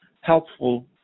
helpful